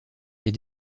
est